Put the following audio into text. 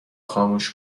خاموش